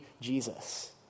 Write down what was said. Jesus